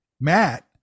Matt